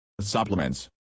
Supplements